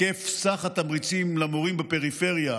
סך התמריצים למורים בפריפריה,